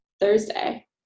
thursday